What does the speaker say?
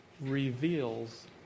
reveals